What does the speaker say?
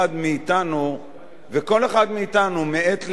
וכל אחד מאתנו מעת לעת, כולל אני עצמי,